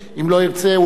הוא לא התכונן לזה,